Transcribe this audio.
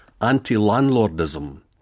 anti-landlordism